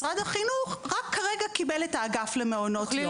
משרד החינוך רק הרגע קיבל את האגף למעונות יום.